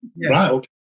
right